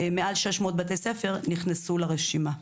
נכנסו לרשימה.